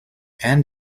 and